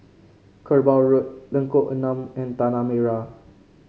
Kerbau Road Lengkok Enam and Tanah Merah